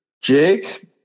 jake